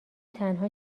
تنها